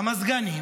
במזגנים,